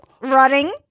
running